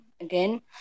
again